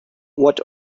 what